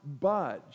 budge